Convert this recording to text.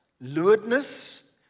lewdness